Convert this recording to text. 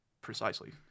Precisely